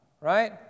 Right